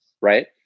right